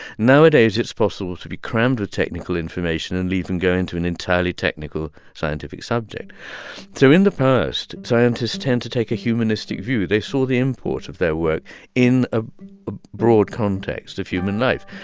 nowadays, it's possible to be crammed with technical information and leave and go into an entirely technical scientific subject so in the past, scientists tend to take a humanistic view. view. they saw the import of their work in a broad context of human life.